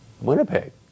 Winnipeg